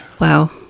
Wow